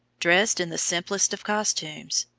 dressed in the simplest of costumes,